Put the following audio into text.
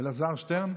אלעזר שטרן.